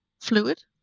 fluid